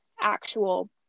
actual